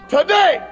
Today